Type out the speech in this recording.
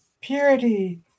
Purity